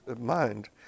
mind